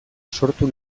sortu